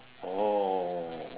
oh